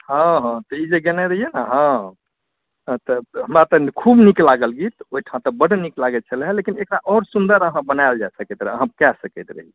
हँ हँ तऽ ई जे गयने रहियै ने अहाँ तऽ हमरा तऽ खूब नीक लागल गीत ओहिठाम तऽ बड़ नीक लागैत छलै हँ लेकिन एकरा आओर सुन्दर अहाँ बनायल जाए सकैत रहै अहाँ कै सकैत रही